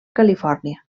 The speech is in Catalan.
califòrnia